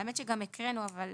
האמת שגם הקראנו, אבל